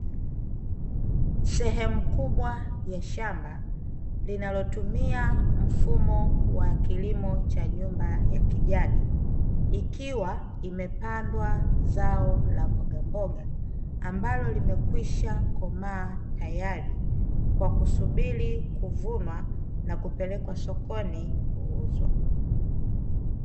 Sehemu kubwa ya shamba linalotumia mfumo wa kilimo cha nyumba ya kijani ikiwa imepandwa zao la mboga mboga ambalo limekwisha komaa tayari kwa kusubiri kuvunwa na kupelekwa sokoni kuuzwa.